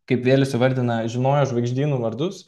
kaip vėlius įvardina žinojo žvaigždynų vardus